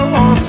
on